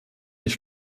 ich